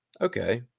okay